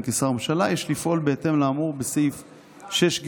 כשר בממשלה יש לפעול בהתאם לאמור בסעיף 6(ג)